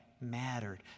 mattered